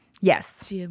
Yes